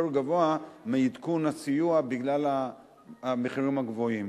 גבוה מעדכון הסיוע בגלל המחירים הגבוהים.